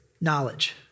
knowledge